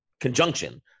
conjunction